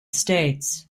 states